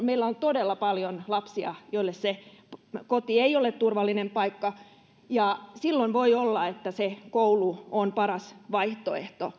meillä on todella paljon lapsia joille koti ei ole turvallinen paikka ja silloin voi olla että se koulu on paras vaihtoehto